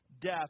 death